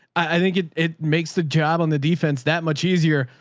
i think it it makes the job on the defense. that much easier.